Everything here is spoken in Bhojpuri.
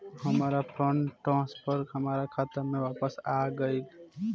हमार फंड ट्रांसफर हमार खाता में वापस आ गइल